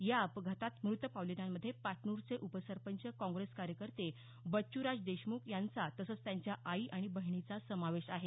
या अपघातात मृत पावलेल्यामंध्ये पाटनूरचे उपसरपंच काँग्रेस कार्यकर्ते बच्चूराज देशमुख यांचा तसंच त्यांच्या आई आणि बहिणीचा समावेश आहे